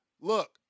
look